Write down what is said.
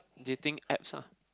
dating apps ah